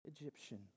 Egyptian